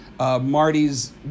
Marty's